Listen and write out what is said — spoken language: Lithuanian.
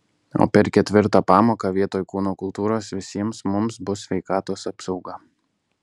o per ketvirtą pamoką vietoj kūno kultūros visiems mums bus sveikatos apsauga